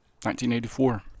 1984